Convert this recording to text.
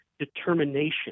determination